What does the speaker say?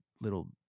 little